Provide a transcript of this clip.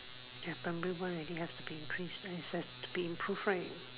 that primary one already have to be increased and assess to be improved right